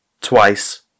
twice